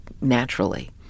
naturally